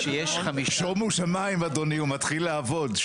שומו שמיים אדוני, הוא מתחיל לעבוד.